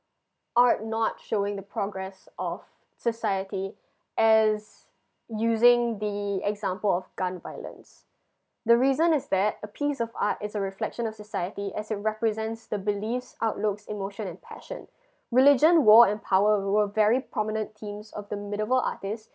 art not showing the progress of society as using the example of gun violence the reason is that a piece of art is a reflection of society as it represents the beliefs outlooks emotion and passion religion war and power were very prominent themes of the medieval artist